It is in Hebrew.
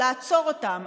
לעצור אותם,